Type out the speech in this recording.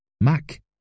Mac